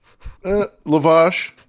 Lavash